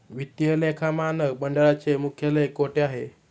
वित्तीय लेखा मानक मंडळाचे मुख्यालय कोठे आहे?